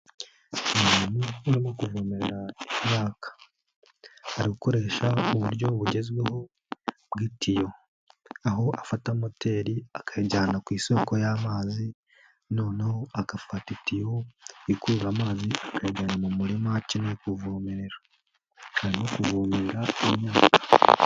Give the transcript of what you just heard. Umuntu urimo kuvomera imyaka, ari gukoresha uburyo bugezweho bw'itiyo. Aho afata moteri akayijyana ku isoko y'amazi, noneho agafata itiyo, ikurura amazi akajyana mu murima akeneye kuvomerera. Arimo no kuvomerara imyaka.